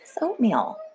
oatmeal